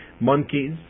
monkeys